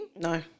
No